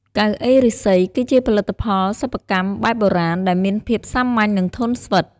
កៅអីឫស្សី គឺជាផលិតផលសិប្បកម្មបែបបុរាណដែលមានភាពសាមញ្ញ និងធន់ស្វិត។